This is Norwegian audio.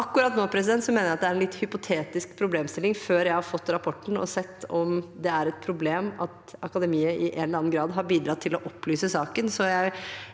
Akkurat nå mener jeg det er en litt hypotetisk problemstilling – før jeg har fått rapporten og sett om det er et problem at Akademiet i en eller annen grad har bidratt til å opplyse saken